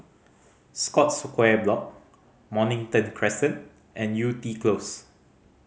Scotts Square Block Mornington Crescent and Yew Tee Close